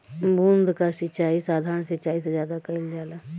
बूंद क सिचाई साधारण सिचाई से ज्यादा कईल जाला